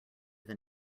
than